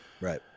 right